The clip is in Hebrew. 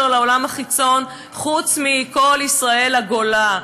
לעולם החיצוני חוץ מ"קול ישראל לגולה",